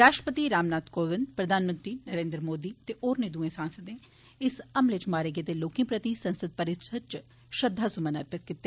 राष्ट्रपति रामनाथ कोविंदए प्रधानमंत्री नरेन्द्र मोदी ते होरने दुए सांसदें इस हमले च मारे गेदे लोकें प्रति संसद परिसर च श्रद्धा सुमन अर्पित कीते